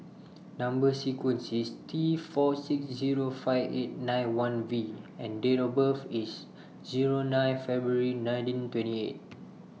Number sequence IS T four six Zero five eight nine one V and Date of birth IS nine February nineteen twenty eight